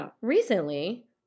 recently